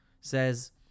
says